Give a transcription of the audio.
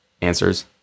answers